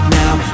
now